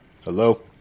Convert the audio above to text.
hello